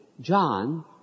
John